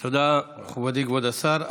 תודה, מכובדי כבוד השר.